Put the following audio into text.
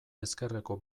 ezkerreko